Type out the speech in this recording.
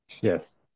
Yes